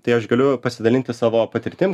tai aš galiu pasidalinti savo patirtim